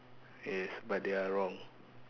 yes but they are wrong